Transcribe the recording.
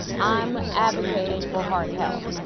i'm advocating for heart health.